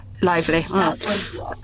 lively